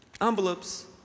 envelopes